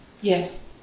yes